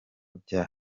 bya